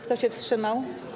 Kto się wstrzymał?